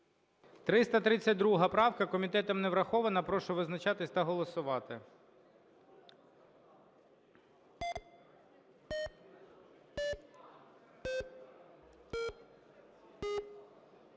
636 правка, комітетом не врахована. Прошу визначатись та голосувати.